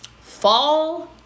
fall